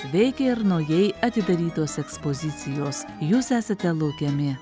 veikia ir naujai atidarytos ekspozicijos jūs esate laukiami